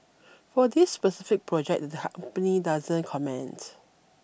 for this specific project the company doesn't comment